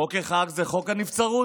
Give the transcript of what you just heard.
חוק אחד זה חוק הנבצרות,